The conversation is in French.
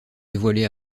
dévoilés